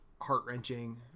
heart-wrenching